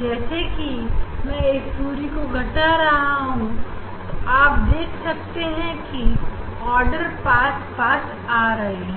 जैसे कि मैं इस दूरी को घटा रहा हूं तो आप देख सकते हैं कि यह आर्डर पास पास आ रहे हैं